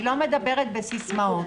אני לא מדברת בסיסמאות.